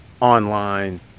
online